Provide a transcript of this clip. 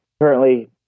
Currently